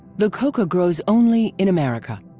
the coca grows only in america.